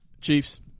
Chiefs